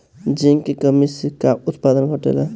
Zinc की कमी से का उत्पादन घटेला?